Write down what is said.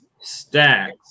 stacks